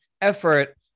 effort